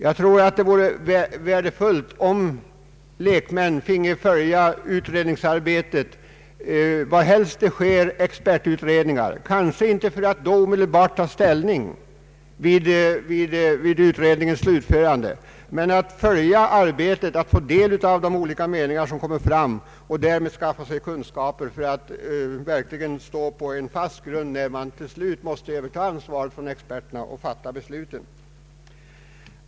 Jag tror att det vore värdefullt om lekmän finge följa utredningsarbetet var helst det sker, kanske inte för att omedelbart ta ställning vid utredningens slutförande men för att få del av de olika meningar som kommer fram, att höra experternas meningar brytas osv. och därmed skaffa sig kunskaper för att verkligen stå på en fast grund när man till slut måste överta ansvaret från experterna och fatta beslutet.